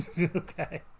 Okay